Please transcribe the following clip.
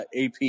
AP